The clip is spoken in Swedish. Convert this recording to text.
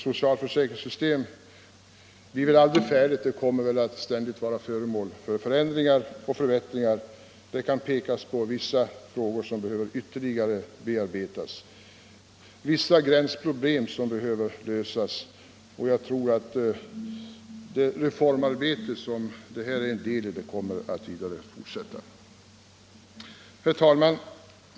Socialförsäkringen blir väl aldrig färdig — den kommer ständigt att vara föremål för förändringar och förbättringar. Det kan pekas på vissa frågor som behöver ytterligare bearbetas och vissa gränsproblem som behöver lösas. Jag tror att det reformarbete som det här är en del i kommer att fortsätta. Herr talman!